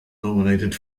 nominated